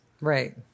Right